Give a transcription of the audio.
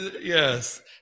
Yes